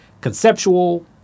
conceptual